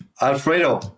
Alfredo